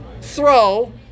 throw